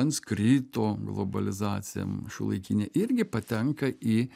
sanskrito globalizacija šiuolaikinė irgi patenka į